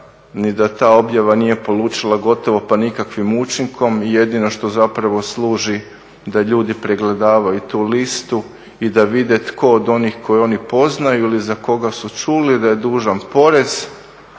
ni da ta objava nije polučila gotovo pa nikakvim učinkom. Jedino što zapravo služi da ljudi pregledavaju tu listu i da vide tko od onih koje oni poznaju ili za koga su čuli da je dužan porez